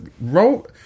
roll